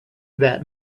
that